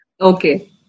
Okay